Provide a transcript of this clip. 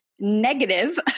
negative